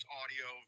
audio